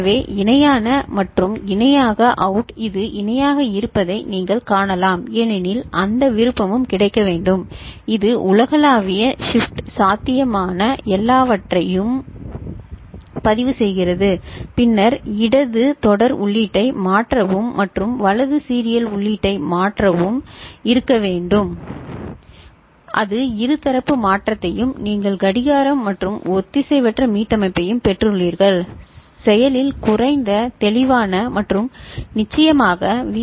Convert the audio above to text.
எனவே இணையாக மற்றும் இணையாக அவுட் இது இணையாக இருப்பதை நீங்கள் காணலாம் ஏனெனில் அந்த விருப்பமும் கிடைக்க வேண்டும் இது உலகளாவிய ஷிப்ட் சாத்தியமான எல்லாவற்றையும் பதிவுசெய்கிறது பின்னர் இடது தொடர் உள்ளீட்டை மாற்றவும் மற்றும் வலது சீரியல் உள்ளீட்டை மாற்றவும் இருக்க வேண்டும் அது இருதரப்பு மாற்றத்தையும் நீங்கள் கடிகாரம் மற்றும் ஒத்திசைவற்ற மீட்டமைப்பையும் பெற்றுள்ளீர்கள் செயலில் குறைந்த தெளிவான மற்றும் நிச்சயமாக வி